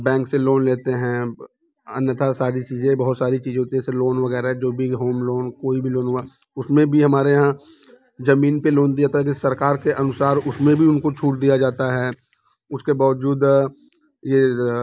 bank से loan लेते हैं अन्यतः सारी चीज़े बहुत सारी चीज़े होती हैं जैसे लोन वग़ैरह जो भी होम लोन कोई भी लोन हुआ उसमें भी हमारे यहाँ ज़मीन पर लोन दिया जाता कि सरकार के अनुसार उसमें भी उनको छूट दिया जाता है उसके बावजूद ये